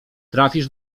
trafisz